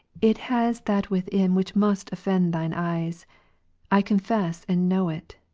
it has that within which must offend thine eyes i confess and know it.